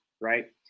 right